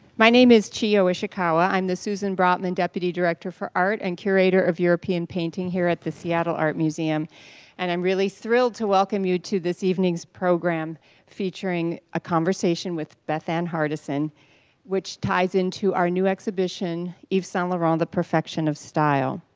my name is chiyo ishikawa i'm the susan brotman deputy director for art and curator of european painting here at the seattle art museum and i'm really thrilled to welcome you to this evening's program featuring a conversation with bethann hardison which ties into into our new exhibition yves saint laurent the perfection of style.